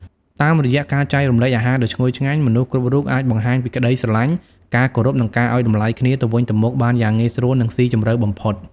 តាមរយៈការចែករំលែកអាហារដ៏ឈ្ងុយឆ្ងាញ់ មនុស្សគ្រប់រូបអាចបង្ហាញពីក្តីស្រឡាញ់ ការគោរព និងការឲ្យតម្លៃគ្នាទៅវិញទៅមកបានយ៉ាងងាយស្រួលនិងស៊ីជម្រៅបំផុត។